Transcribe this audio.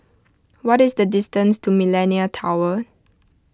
what is the distance to Millenia Tower